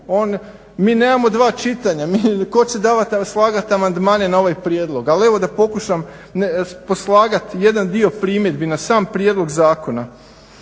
mi nemamo dva čitanja. Tko će davat, slagat amandmane na ovaj prijedlog? Ali evo da pokušam poslagat jedan dio primjedbi na sam prijedlog zakona.